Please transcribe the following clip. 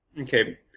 Okay